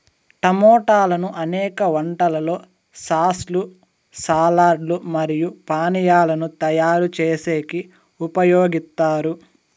టమోటాలను అనేక వంటలలో సాస్ లు, సాలడ్ లు మరియు పానీయాలను తయారు చేసేకి ఉపయోగిత్తారు